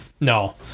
no